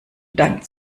dann